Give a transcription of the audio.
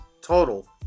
total